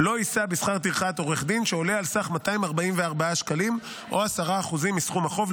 לא יישא בשכר טרחת עורך דין שעולה על סך 244 ש"ח או 10% מסכום החוב,